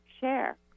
share